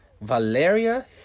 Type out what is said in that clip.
Valeria